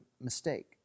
mistake